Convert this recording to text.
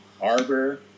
Arbor